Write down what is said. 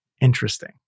interesting